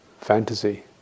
fantasy